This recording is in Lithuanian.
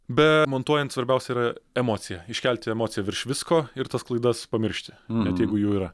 be montuojant svarbiausia yra emocija iškelti emociją virš visko ir tas klaidas pamiršti net jeigu jų yra